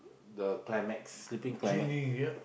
the climax the sleeping climate